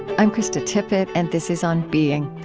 i'm krista tippett, and this is on being.